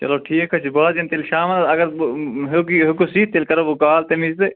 چلو ٹھیٖک حظ چھِ بہٕ حظ یِمہٕ تیٚلہِ شامَن اَگر بہٕ ہیوٚک یہِ ہیوٚکُس یِتھ تیٚلہِ کَرو بہٕ کال تَمہِ وِزِ تہٕ